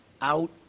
out